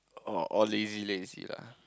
orh all lazy lazy lah